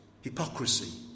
hypocrisy